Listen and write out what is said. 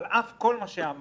על אף כל מה שאמרתי,